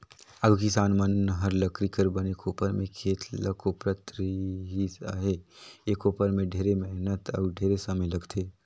आघु किसान मन हर लकरी कर बने कोपर में खेत ल कोपरत रिहिस अहे, ए कोपर में ढेरे मेहनत अउ ढेरे समे लगथे